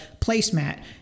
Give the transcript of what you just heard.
placemat